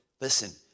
Listen